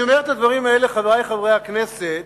אני אומר את הדברים האלה, חברי חברי הכנסת,